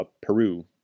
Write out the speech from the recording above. Peru